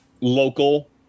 local